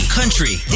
country